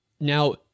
Now